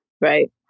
right